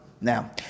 Now